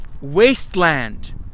wasteland